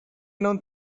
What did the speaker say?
non